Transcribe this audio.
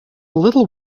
little